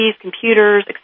computers